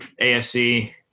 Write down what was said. AFC